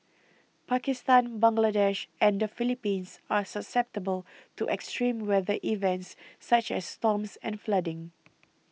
Pakistan Bangladesh and the Philippines are susceptible to extreme weather events such as storms and flooding